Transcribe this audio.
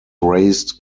raised